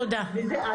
תודה.